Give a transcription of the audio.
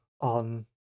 on